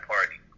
Party